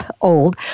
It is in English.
old